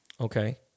Okay